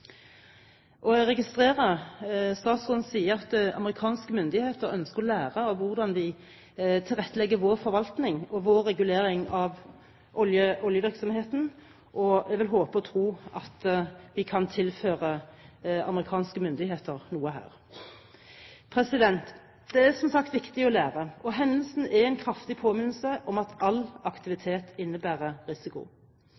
Mexicogolfen. Jeg registrerer at statsråden sier at amerikanske myndigheter ønsker å lære av hvordan vi tilrettelegger vår forvaltning og vår regulering av oljevirksomheten, og jeg vil håpe og tro at vi kan tilføre amerikanske myndigheter noe her. Det er som sagt viktig å lære. Hendelsen er en kraftig påminnelse om at all